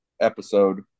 Episode